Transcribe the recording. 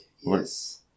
yes